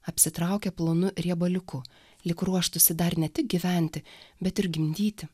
apsitraukė plonu riebaliuku lyg ruoštųsi dar ne tik gyventi bet ir gimdyti